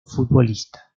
futbolista